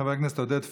חבר הכנסת עודד פורר,